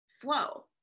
flow